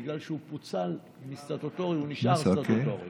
בגלל שהוא פוצל מסטטוטורי הוא נשאר סטטוטורי.